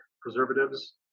preservatives